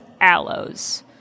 aloes